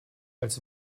als